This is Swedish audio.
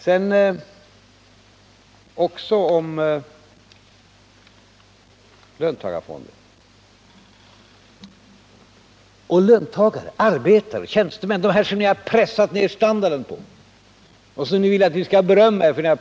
167 Sedan om löntagarfonder och löntagare, arbetare, tjänstemän — de som ni har pressat ner standarden för. Och det vill ni att vi skall berömma er för!